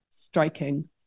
striking